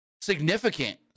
significant